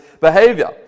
behavior